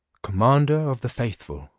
commander of the faithful,